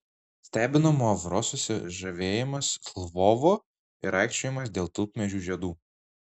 stebino muavro susižavėjimas lvovu ir aikčiojimas dėl tulpmedžių žiedų